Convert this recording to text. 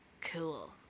cool